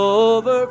over